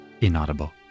inaudible